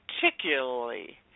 particularly